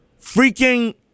freaking